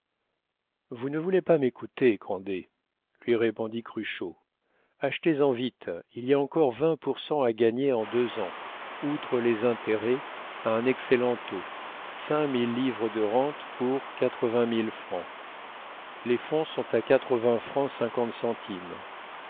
vous ne voulez pas m'écouter grandet lui répondit cruchot achetez en vite il y a encore vingt pour cent à gagner en deux ans outre les intérêts à un excellent taux cinq mille livres de rente pour quatre-vingt mille francs les fonds sont à quatre-vingts francs cinquante centimes